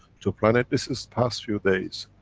to plan it. this is past few days.